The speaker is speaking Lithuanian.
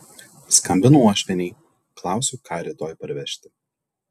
skambinu uošvienei klausiu ką rytoj parvežti